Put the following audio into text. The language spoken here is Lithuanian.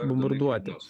bombarduot juos